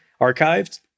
archived